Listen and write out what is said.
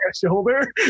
shoulder